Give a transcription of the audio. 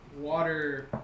water